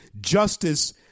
justice